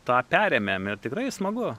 tą perėmėm ir tikrai smagu